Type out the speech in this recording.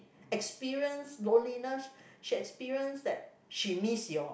experience loneliness she experience that she miss your